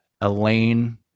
Elaine